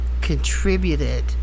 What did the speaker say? contributed